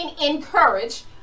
encouraged